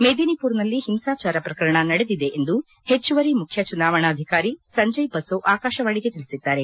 ಮೇದಿನಿಪುರ್ನಲ್ಲಿ ಹಿಂಸಾಚಾರ ಪ್ರಕರಣ ನಡೆದಿದೆ ಎಂದು ಹಚ್ಚುವರಿ ಮುಖ್ಯ ಚುನಾವಣಾಧಿಕಾರಿ ಸಂಜಯ್ ಬಸೊ ಆಕಾಶವಾಣಿಗೆ ತಿಳಿಸಿದ್ದಾರೆ